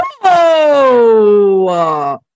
Whoa